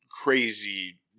crazy